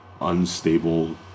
unstable